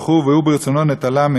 נטלה מהם ונתנה לנו,